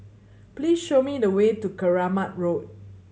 please show me the way to Keramat Road